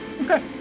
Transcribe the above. Okay